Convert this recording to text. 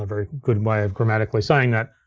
ah very good way of grammatically saying that.